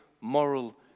moral